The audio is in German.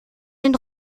den